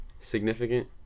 significant